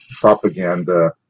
propaganda